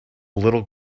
little